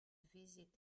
visit